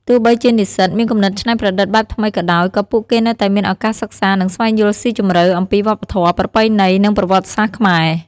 ទោះបីជានិស្សិតមានគំនិតច្នៃប្រឌិតបែបថ្មីក៏ដោយ ក៏ពួកគេនៅតែមានឱកាសសិក្សា និងស្វែងយល់ស៊ីជម្រៅអំពី វប្បធម៌ ប្រពៃណី និងប្រវត្តិសាស្ត្រខ្មែរ ។